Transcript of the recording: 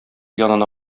янына